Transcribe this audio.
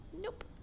Nope